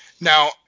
Now